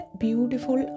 beautiful